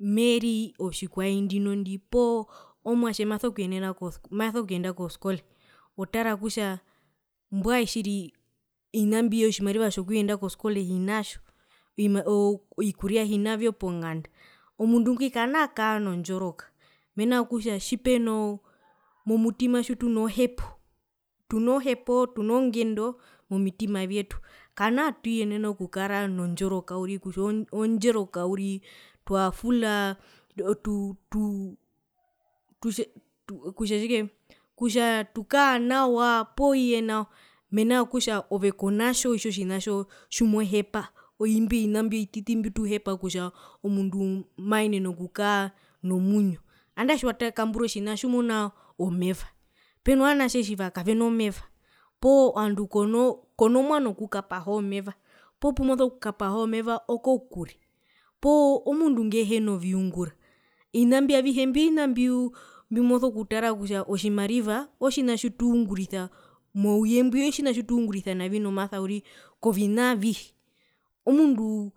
meri otjikwae ndinondi poo mwatje maso kuyenena maso kuyenda koskole otara kutja mbwae tjiri ovina mbi otjimariva tjokuyenda koskole hinatjo oo ovikuria hinavyo ponganda omundu ngwi kanaa kara nondjoroka mena rokutja tjipenoo momutima tjitunohepo tunohepo tuno ngendo momitima vyetu kana tuyenene okukara nondjoroka uriri kutja ondjoroka uriri twafulaa tuu tu tu tutje kutja tjike kutja tukaa nawa poo iye nao mena rokutja ove konatjo itjo tjinatjo tjimohepa imbi ovina imbi ovititi mbi tuhepa kutja omundu maenene okukaa nomwinyo andae tjiwata tjiwakambura otjina tjimuna omeva peno vanatje tjiva kaveno meva poo ovandu kono konomwano wokukapaha omeva poo pumoso kukapaha omeva okokure poo mundu nguhena viungura ovina mbi avihe mbi ovina mbiuu mbimoso kutara kutja otjimariva otjina tjitungurisa mouye mbwi otjina tjitungurisa navi nomasa omunduu